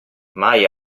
mai